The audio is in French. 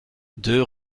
deux